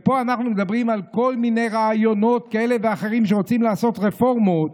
ופה אנחנו מדברים על כל מיני רעיונות כאלה ואחרים שרוצים לעשות רפורמות